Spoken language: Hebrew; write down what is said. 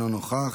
אינו נוכח,